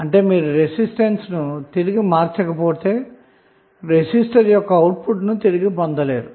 అంటే మీరు రెసిస్టెన్స్ ను తిరిగి మార్చకపోతే రెసిస్టర్ యొక్క అవుట్పుట్ ను తిరిగి పొందలేరు